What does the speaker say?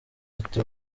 ati